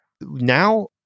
now